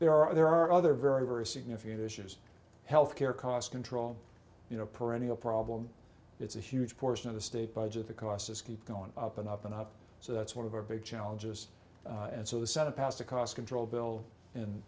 re are there are other very very significant issues health care cost control you know a perennial problem it's a huge portion of the state budget the costs keep going up and up and up so that's one of our big challenges and so the senate passed a cost control bill and